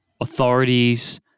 authorities